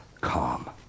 Calm